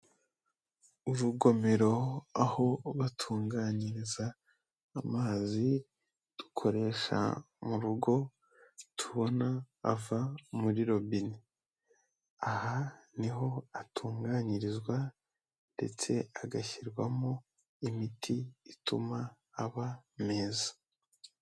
Urugomero aho batunganyiriza amazi dukoresha mu rugo tubona ava muri robine. Aha niho atunganyirizwa ndetse agashyirwamo imiti ituma aba meza.